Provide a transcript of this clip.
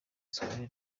scolaire